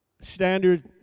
standard